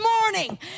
morning